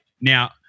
now